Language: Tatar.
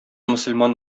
мөселман